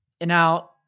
now